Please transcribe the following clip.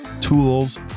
tools